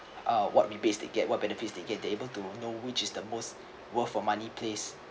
uh what rebates they get what benefits they get they able to know which is the most worth for money place